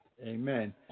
Amen